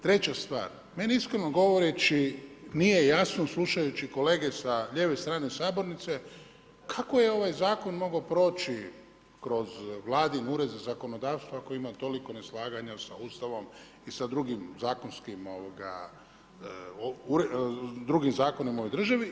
Treća stvar, meni iskreno govoreći nije jasno, slušajući kolege sa lijeve strane sabornice, kako je ovaj zakon mogao proći kroz Vladin ured za zakonodavstvo ako ima toliko neslaganja sa Ustavom i sa drugim zakonima u državi?